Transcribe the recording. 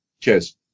cheers